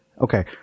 Okay